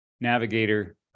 Navigator